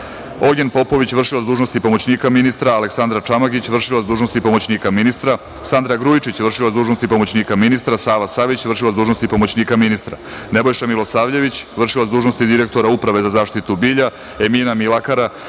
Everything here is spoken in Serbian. Ognjen Popović, vršilac dužnosti pomoćnika ministra, Aleksandra Čamagić, vršilac dužnosti pomoćnika ministra, Sandra Grujičić, vršilac dužnosti pomoćnika ministra, Sava Savić, vršilac dužnosti pomoćnika ministra, Nebojša Milosavljević, vršilac dužnosti direktora Uprave za zaštitu bilja, Emina Milakara,